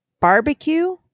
barbecue